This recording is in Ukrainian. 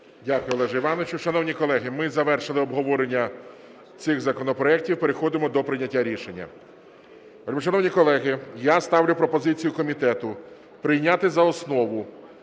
Дякую, Олеже Івановичу. Шановні колеги, ми завершили обговорення цих законопроектів. Переходимо до прийняття рішення. Вельмишановні колеги, я ставлю пропозицію комітету прийняти за основу